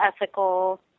ethical